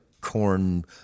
corn